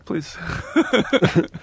Please